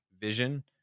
vision